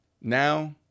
Now